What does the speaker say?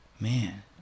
man